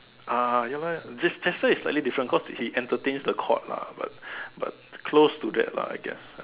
ah ya lah this is slightly different cause he entertains the court lah but but close to that lah I guess